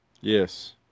Yes